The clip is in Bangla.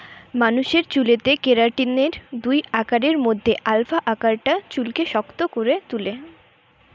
মানুষের চুলেতে কেরাটিনের দুই আকারের মধ্যে আলফা আকারটা চুলকে শক্ত করে তুলে